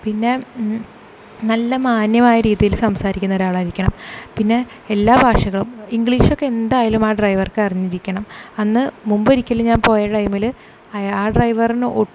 പിന്നെ നല്ല മാന്യമായ രീതിയിൽ സംസാരിക്കുന്ന ഒരു ആൾ ആയിരിക്കണം പിന്നെ എല്ലാ ഭാഷകളും ഇംഗ്ലീഷ് ഒക്കെ എന്തായാലും ആ ഡ്രൈവർക്ക് അറിഞ്ഞിരിക്കണം അന്ന് മുമ്പൊരിക്കൽ ഞാൻ പോയ ടൈമിൽ അയാ ആ ഡ്രൈവറിന് ഒട്ടും